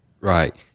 Right